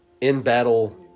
in-battle